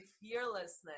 fearlessness